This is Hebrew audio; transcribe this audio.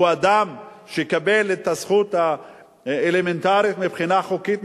הוא אדם שקיבל את הזכות האלמנטרית מבחינה חוקית,